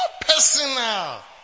personal